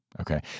Okay